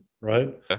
right